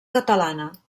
catalana